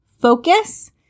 focus